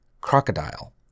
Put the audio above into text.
Crocodile